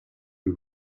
you